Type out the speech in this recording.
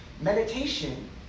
Meditation